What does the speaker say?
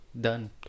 Done